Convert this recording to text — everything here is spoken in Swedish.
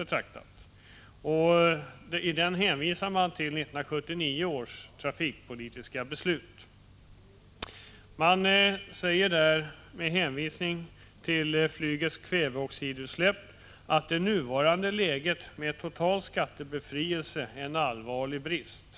I skrivelsen hänvisas till 1979 års trafikpolitiska beslut. Man säger, med hänvisning till flygets kväveoxidutsläpp, att det nuvarande systemet med total skattebefrielse innebär en allvarlig brist.